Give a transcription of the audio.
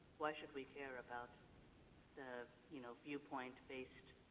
why should we care about the you know viewpoint based